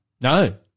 No